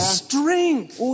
strength